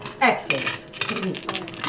Excellent